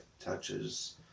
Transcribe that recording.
touches